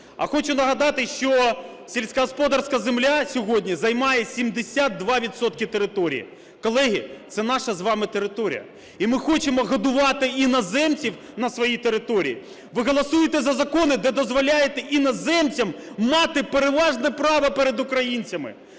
А хочу нагадати, що сільськогосподарська земля сьогодні займає 72 відсотки території. Колеги, це наша з вами територія. І ми хочемо годувати іноземців на своїй території? Ви голосуєте за закони, де дозволяєте іноземцям мати переважне право перед українцями.